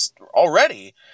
already